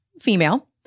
female